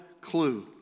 clue